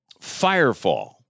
Firefall